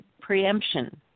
preemption